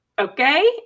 Okay